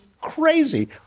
crazy